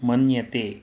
मन्यते